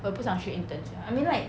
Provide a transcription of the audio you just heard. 我也不想去 intern sia I mean like